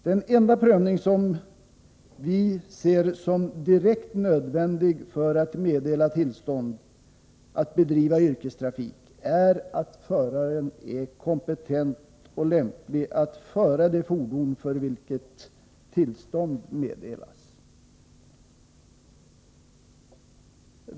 Den enda prövning som folkpartiet ser som direkt nödvändig för att meddela tillstånd att bedriva yrkestrafik är att föraren är kompetent och lämplig att föra det fordon för vilket tillstånd meddelas.